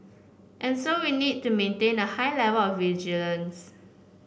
and so we need to maintain a high level of vigilance